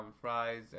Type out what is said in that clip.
fries